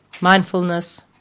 Mindfulness